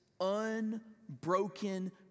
unbroken